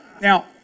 Now